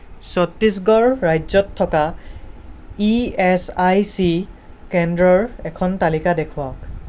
ছত্তীশগড় ৰাজ্যত থকা E S I C কেন্দ্ৰৰ এখন তালিকা দেখুৱাওক